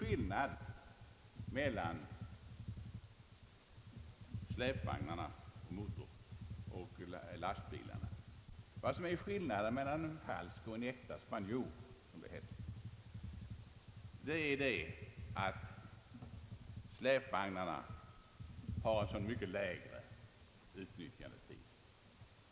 Skillnaden mellan släpvagnarna och lastbilarna — skillnaden mellan en falsk och en äkta spanjor, som det heter — är att släpvagnarna har så mycket kortare utnyttjandetid.